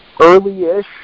early-ish